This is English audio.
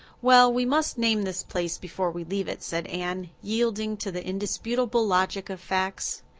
well, we must name this place before we leave it, said anne, yielding to the indisputable logic of facts.